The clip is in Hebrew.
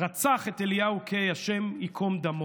רצח את אליהו קיי, השם ייקום דמו.